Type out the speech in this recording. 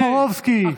חבר הכנסת טופורובסקי.